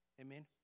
Amen